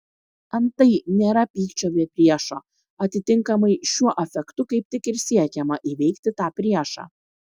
antai nėra pykčio be priešo atitinkamai šiuo afektu kaip tik ir siekiama įveikti tą priešą